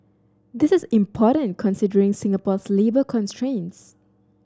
this is important considering Singapore's labour constraints